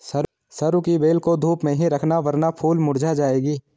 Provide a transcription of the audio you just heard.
सरू की बेल को धूप में ही रखना वरना फूल मुरझा जाएगी